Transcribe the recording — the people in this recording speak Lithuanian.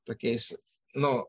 tokiais nu